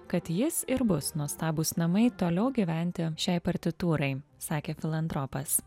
kad jis ir bus nuostabūs namai toliau gyventi šiai partitūrai sakė filantropas